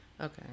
Okay